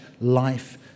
life